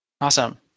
Awesome